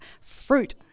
fruit